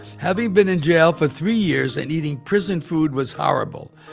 having been in jail for three years and eating prison food was horrible.